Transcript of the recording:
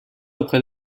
auprès